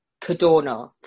Cadorna